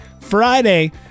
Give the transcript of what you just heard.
Friday